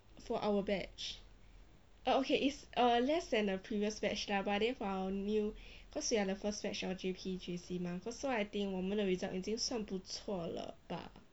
for our batch orh okay is err less than the previous batch lah but then for our new cause we are the first batch of G_P J_C mah cause so I think 我们的 result 已经算不错了吧